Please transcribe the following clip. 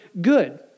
good